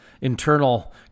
internal